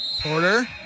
Porter